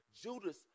Judas